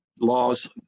laws